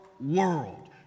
world